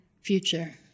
future